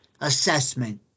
assessment